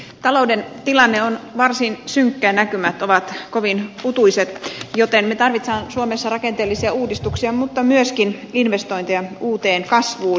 talouden tilanne on varsin synkkä ja näkymät ovat kovin utuiset joten me tarvitsemme suomessa rakenteellisia uudistuksia mutta myöskin investointeja uuteen kasvuun